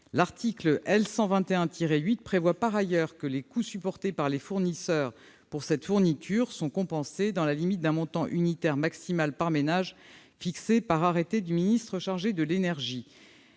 L'article L. 121-8 prévoit par ailleurs que les coûts supportés par les fournisseurs pour cette fourniture sont compensés dans la limite d'un montant unitaire maximal par ménage fixé par un arrêté du ministre chargé de l'énergie.